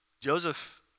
Joseph